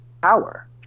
power